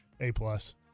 A-plus